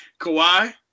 Kawhi